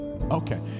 Okay